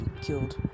killed